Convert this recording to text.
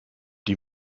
die